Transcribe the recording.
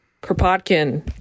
Kropotkin